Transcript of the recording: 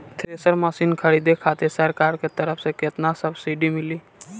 Thresher machine खरीदे खातिर सरकार के तरफ से केतना सब्सीडी मिली?